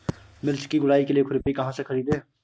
मिर्च की गुड़ाई के लिए खुरपी कहाँ से ख़रीदे?